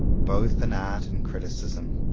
both in art and criticism.